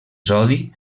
sodi